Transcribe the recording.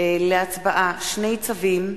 להצבעה שני צווים: